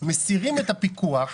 מסירים את הפיקוח,